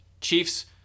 Chiefs